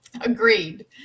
Agreed